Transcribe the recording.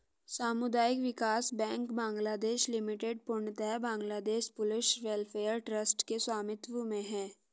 सामुदायिक विकास bank Bangladesh limited पूर्णतः बांग्लादेश पुलिस वेलफेयर ट्रस्ट के स्वामित्व में है